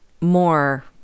more